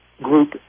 group